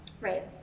right